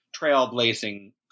trailblazing